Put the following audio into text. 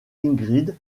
ingrid